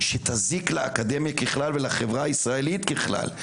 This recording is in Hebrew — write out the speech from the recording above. שתזיק לאקדמיה בפרט ולחברה הישראלית ככלל.